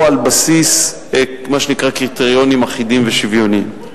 על בסיס מה שנקרא "קריטריונים אחידים ושוויוניים".